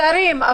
צרים.